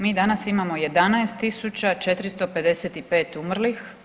Mi danas imamo 11 tisuća 455 umrlih.